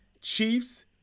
Chiefs